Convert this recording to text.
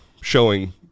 showing